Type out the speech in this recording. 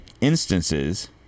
instances